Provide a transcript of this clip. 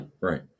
right